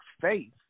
faith